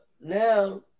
now